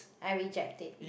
I reject it